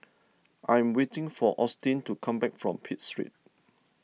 I am waiting for Austyn to come back from Pitt Street